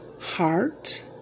heart